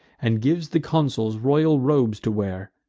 and gives the consuls royal robes to wear.